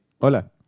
Hola